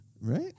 Right